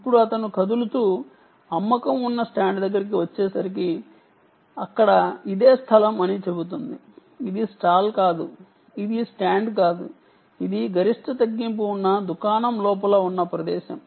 ఇప్పుడు అతను కదులుతూ అమ్మకం ఉన్న స్టాండ్ దగ్గరికి వచ్చేసరికి అక్కడ ఇదే స్థలం అని చెబుతుంది ఇది స్టాల్ కాదు ఇది స్టాండ్ కాదు ఇది గరిష్ట తగ్గింపు ఉన్న దుకాణం లోపల ఉన్న ప్రదేశం